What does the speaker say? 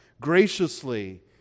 Graciously